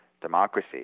democracy